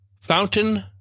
Fountain